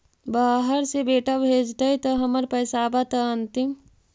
बाहर से बेटा भेजतय त हमर पैसाबा त अंतिम?